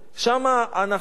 שם אנחנו,